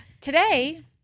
Today